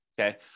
okay